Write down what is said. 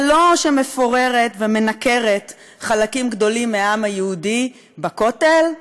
ולא שמפוררת ומנכרת חלקים גדולים מהעם היהודי בכותל,